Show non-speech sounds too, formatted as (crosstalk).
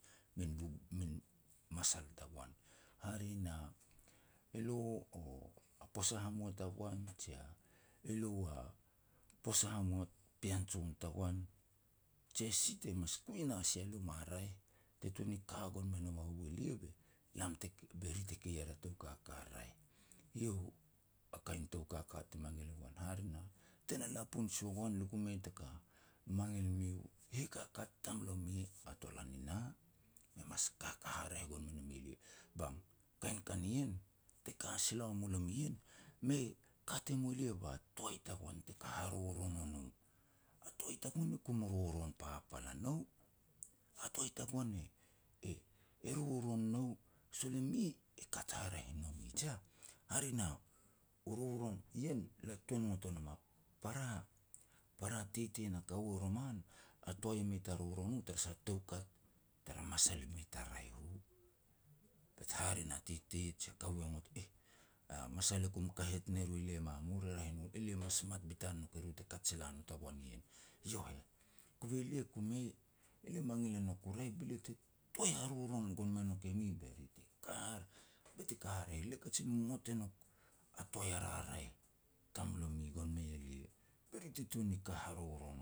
min (hesitation) masal tagoan, hare na, elo (hesitation) a posa hamua tagoan, jia elo a posa hamua pean jon tagoan, je si te mas kui e na sia luma raeh, te tuan ni ka gon me nou a u elia, (hesitation) be ri te kei er a tou kaka raeh. Eiau a kain tou kaka te mangil e goan. Hare na, tena lapun si ua goan lia ku mei taka mangil miu hikakat tamlomi a tolanina, me mas kaka haraeh gon me no mi elia. Bang kain ka nien, te ka sila ua mulomi ien, me kat e mua lia ba toai tagoan te ka haroron o no. A toai tagoan e kum roron papal a nou, a toai tagoan e-e roron nou, sol e mi e kat haraeh nomi, jiah. Hare na u roron ien lo tuan ngot e nom a para-para titi na kaua roman, a toai mei ta roron u tara sah toukat tara masal e mei ta raeh u. Bete hare na titi jia kaua ngot, "Eh, a masal e kum kahet ne ru e lia i mamur, e raeh e no, elia mas mat betan nouk eru te kat sila not ua goan ien", iau heh. Kove lia ku mei, elia mangil e nouk u raeh be lia te toai haroron gon me nouk e mi, be ri kar, be te kar. Lia kajin ngot e nouk a toai a raraeh tamlomi goan mei elia, be ri te tuan ni ka haroron